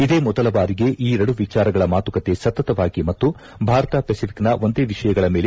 ಇದೇ ಮೊದಲ ಬಾರಿಗೆ ಈ ಎರಡು ವಿಚಾರಗಳ ಮಾತುಕತೆ ಸತತವಾಗಿ ಮತ್ತು ಭಾರತ ಪೆಸಿಫಿಕ್ನ ಒಂದೇ ವಿಷಯಗಳ ಮೇಲೆ